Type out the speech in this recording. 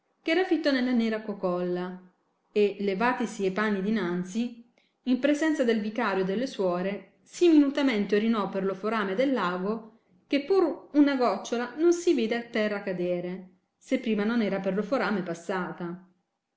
che era fitto nella nera cocolla e levatisi e panni dinanzi in presenza del vicario e delle suore sì minutamente orinò per lo forame dell alba che pur una giocciola non si vide a terra cadere se prima non era per lo forame passata